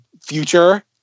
future